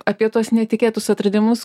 apie tuos netikėtus atradimus